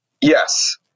Yes